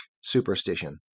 superstition